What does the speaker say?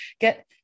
get